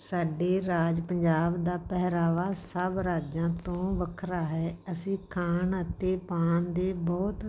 ਸਾਡੇ ਰਾਜ ਪੰਜਾਬ ਦਾ ਪਹਿਰਾਵਾ ਸਭ ਰਾਜਾਂ ਤੋਂ ਵੱਖਰਾ ਹੈ ਅਸੀਂ ਖਾਣ ਅਤੇ ਪਾਉਣ ਦੇ ਬਹੁਤ